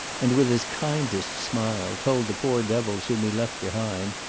and with his kindest smile told the poor devils whom he left behind,